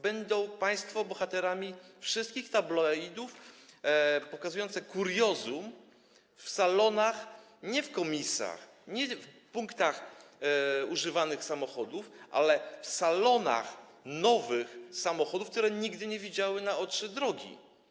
Będą państwo bohaterami wszystkich tabloidów pokazujących kuriozum w salonach, nie w komisach, nie w punktach używanych samochodów, ale w salonach nowych samochodów, które nigdy nie widziały na oczy drogi.